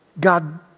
God